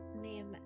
name